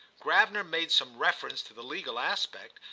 gravener made some reference to the legal aspect,